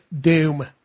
Doom